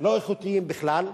לא איכותיים בכלל.